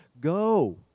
Go